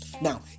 Now